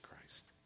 Christ